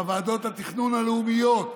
בוועדות התכנון הלאומיות,